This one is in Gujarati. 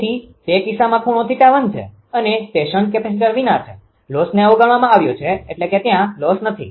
તેથી તે કિસ્સામાં ખૂણો 𝜃1 છે અને તે શન્ટ કેપેસિટર વિના છે લોસને અવગણવામાં આવ્યો છે એટલે કે ત્યાં લોસ નથી